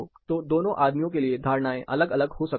तो दोनों आदमियों के लिए धारणाएं अलग अलग हो सकती है